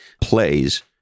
plays